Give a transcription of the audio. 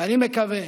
אני מקווה